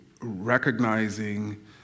recognizing